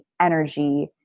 energy